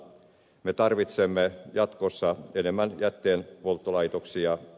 me tarvitsemme jatkossa enemmän jätteenpolttolaitoksia